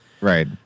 Right